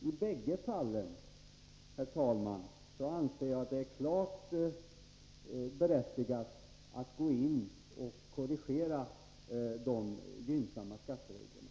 I bägge fallen, herr talman, anser jag att det är klart berättigat att gå in och korrigera de gynnsamma skattereglerna.